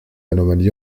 anomalie